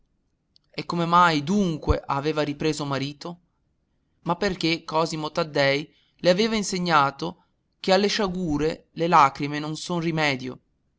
e come mai dunque aveva ripreso marito ma perché cosimo taddei le aveva insegnato che alle sciagure le lagrime non son rimedio